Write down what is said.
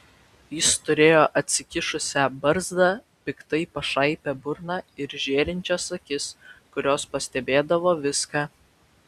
jis turėjo atsikišusią barzdą piktai pašaipią burną ir žėrinčias akis kurios pastebėdavo viską